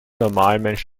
normalmensch